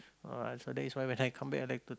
oh so that is why when I come back I like to